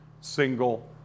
single